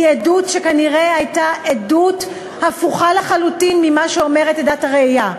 עדות שכנראה הייתה עדות הפוכה לחלוטין ממה שאומרת עדת הראייה,